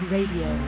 Radio